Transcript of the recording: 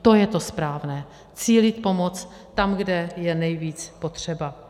To je to správné cílit pomoc tam, kde je to nejvíc potřeba.